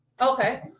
Okay